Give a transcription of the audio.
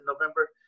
November